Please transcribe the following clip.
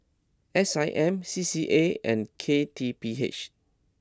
S I M C C A and K T P H